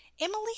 Emily